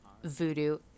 Voodoo